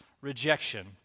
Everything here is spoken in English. rejection